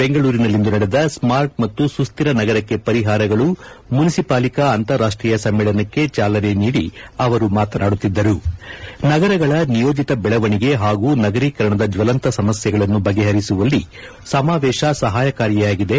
ಬೆಂಗಳೂರಿನಲ್ಲಿಂದು ನಡೆದ ಸ್ಥಾರ್ಟ್ ಮತ್ತು ಸುಶ್ಯಿರ ನಗರಕ್ಕೆ ಪರಿಹಾರಗಳು ಮುನಿಸಿಪಾಲಿಕಾ ಅಂತಾರಾಷ್ಟೀಯ ಸಮ್ಮೇಳನಕ್ಕೆ ಚಾಲನೆ ನೀಡಿ ಅವರು ಮಾತನಾಡುತ್ತಿದ್ದರುನಗರಗಳ ನಿಯೋಜಿತ ಬೆಳವಣಿಗೆ ಹಾಗೂ ನಗರೀಕರಣದ ಜ್ವಲಂತ ಸಮಸ್ಥೆಗಳನ್ನು ಬಗೆಹರಿಸುವಲ್ಲಿ ಸಮಾವೇಶ ಸಹಾಯಕಾರಿಯಾಗಿದೆ